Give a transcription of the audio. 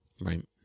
Right